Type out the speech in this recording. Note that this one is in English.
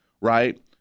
right